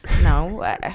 No